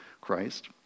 Christ